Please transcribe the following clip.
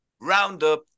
Roundup